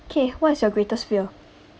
okay what is your greatest fear